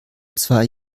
zwei